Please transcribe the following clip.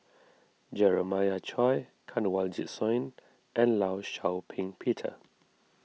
Jeremiah Choy Kanwaljit Soin and Law Shau Ping Peter